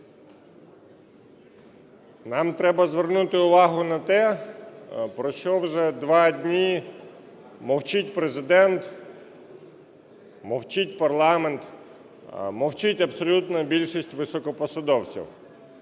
Нам треба звернути увагу на те, про що вже два дні мовчить Президент, мовчить парламент, мовчить абсолютна більшість високопосадовців.